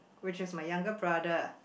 which is my younger brother